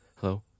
hello